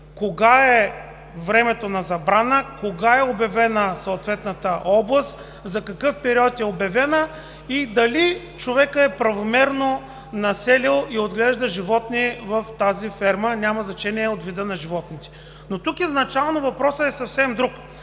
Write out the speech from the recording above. кога е времето на забрана, кога е обявена съответната област, за какъв период е обявена и дали човекът е правомерно населил и отглежда животни в тази ферма – няма значение от вида на животните. Но тук изначално въпросът е съвсем друг,